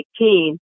18